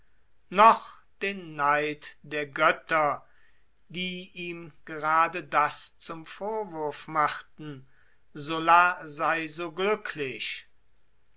noch den neid der götter die ihm gerade das zum vorwurf machten sulla sei so glücklich